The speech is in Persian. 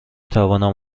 توانم